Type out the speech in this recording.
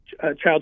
child